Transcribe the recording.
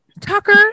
Tucker